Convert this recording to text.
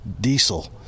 diesel